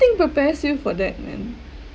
nothing prepares you for that man